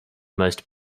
most